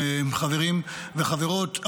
חברים וחברות,